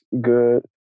good